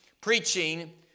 preaching